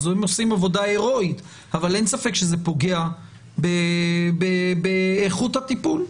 אז הם עושים עבודה הרואית אבל אין ספק שזה פוגע באיכות הטיפול.